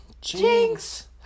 Jinx